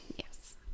Yes